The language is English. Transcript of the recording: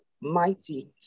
mighty